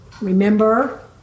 remember